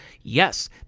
Yes